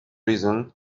reason